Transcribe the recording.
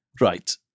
Right